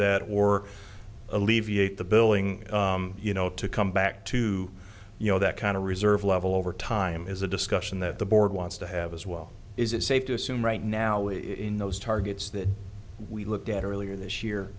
that or alleviate the billing you know to come back to you know that kind of reserve level over time is a discussion that the board wants to have as well is it safe to assume right now is in those targets that we looked at earlier this year